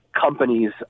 companies